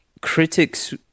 critics